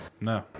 No